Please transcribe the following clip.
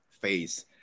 phase